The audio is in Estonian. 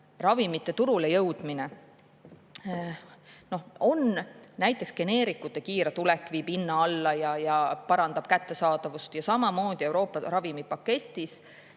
ravimite turule jõudmine. Näiteks geneerikute kiire tulek viib hinna alla ja parandab kättesaadavust. Samamoodi Euroopa ravimipaketis